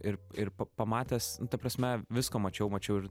ir ir pamatęs nu ta prasme visko mačiau mačiau ir